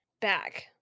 Back